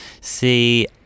See